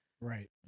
right